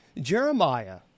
Jeremiah